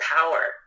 power